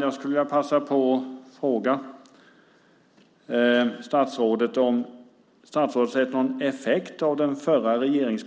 Jag skulle vilja passa på att fråga statsrådet om statsrådet sett någon effekt av den förra regeringens